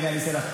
מי אמר?